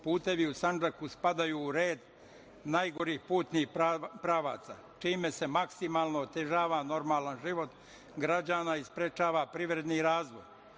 Putevi u Sandžaku spadaju u red najgorih putnih pravaca, čime se maksimalno otežava normalan život građana i sprečava privredni razvoj.